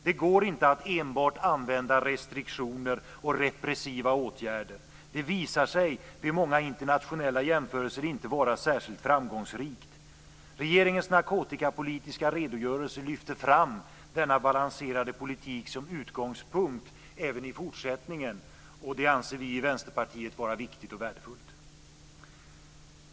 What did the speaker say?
Det går inte att enbart använda restriktioner och repressiva åtgärder. Vid många internationella jämförelser visar det sig inte vara särskilt framgångsrikt. Regeringens narkotikapolitiska redogörelse lyfter fram denna balanserade politik som utgångspunkt även i fortsättningen. Det anser vi i Vänsterpartiet vara viktigt och värdefullt.